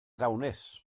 ddawnus